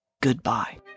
goodbye